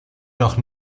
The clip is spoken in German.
doch